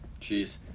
Jeez